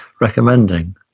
recommending